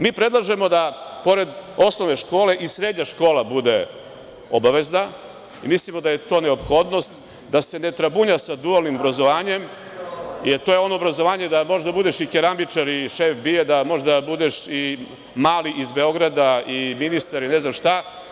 Mi predlažemo da pored osnovne škole i srednja škola bude obavezna i mislimo da je to neophodnost, da se ne trabunja sa dualnim obrazovanjem, jer to je ono obrazovanje da možeš da budeš i keramičar i šef BIA, da možeš da budeš i „mali“ iz Beograda i ministar i ne znam šta.